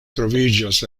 troviĝas